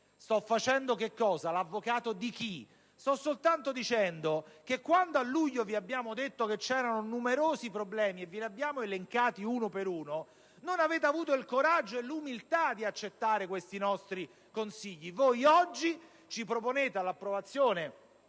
sto facendo l'avvocato di nessuno, sto soltanto dicendo che quando a luglio vi abbiamo detto che c'erano numerosi problemi, e li abbiamo elencati uno per uno, non avete avuto il coraggio e l'umiltà di accettare i nostri consigli. Oggi ci proponete all'approvazione